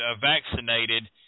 vaccinated